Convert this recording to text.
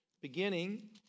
Beginning